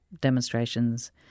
demonstrations